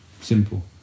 simple